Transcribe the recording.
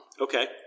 Okay